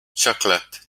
chocolate